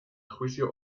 juicio